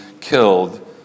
killed